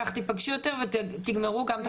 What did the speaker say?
כך תיפגשו יותר וכך תגמרו גם את החקיקה הזאת,